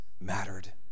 mattered